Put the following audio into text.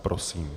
Prosím.